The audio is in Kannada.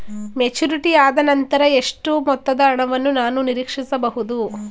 ಮೆಚುರಿಟಿ ಆದನಂತರ ಎಷ್ಟು ಮೊತ್ತದ ಹಣವನ್ನು ನಾನು ನೀರೀಕ್ಷಿಸ ಬಹುದು?